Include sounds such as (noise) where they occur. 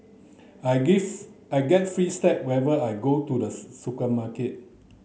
I (unintelligible) I get free snack whenever I go to the supermarket